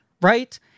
right